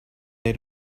they